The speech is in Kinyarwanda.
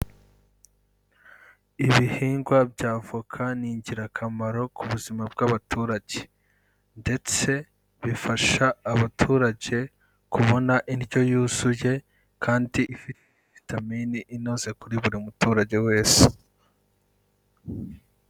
Ibihingwa by'avoka ni ingirakamaro ku buzima bw'abaturage. Ndetse bifasha abaturage kubona indyo yuzuye kandi ifite vitamine inoze kuri buri muturage wese.